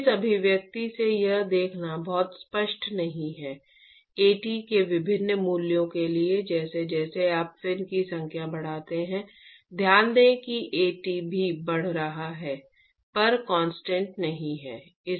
तो इस अभिव्यक्ति से यह देखना बहुत स्पष्ट नहीं है At के विभिन्न मूल्यों के लिए जैसे जैसे आप फिन की संख्या बढ़ाते हैं ध्यान रखें कि At भी बढ़ रहा है पर कांस्टेंट नहीं है